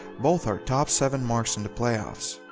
both are top seven marks in the playoffs.